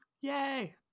Yay